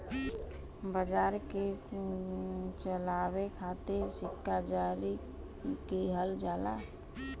बाजार के चलावे खातिर सिक्का जारी किहल जाला